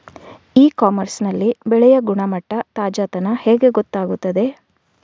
E commerce ನಲ್ಲಿ ಬೆಳೆಯ ಗುಣಮಟ್ಟ, ತಾಜಾತನ ಹೇಗೆ ಗೊತ್ತಾಗುತ್ತದೆ?